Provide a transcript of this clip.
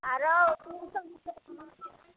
आ रहु तीन सए बीस रुपैए किलो